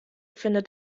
findet